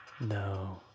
No